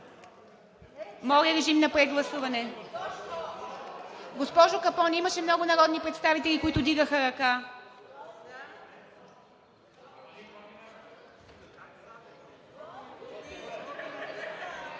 Моля, режим на прегласуване. Госпожо Капон, имаше много народни представители, които вдигаха ръка.